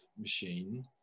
machine